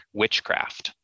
witchcraft